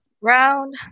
Round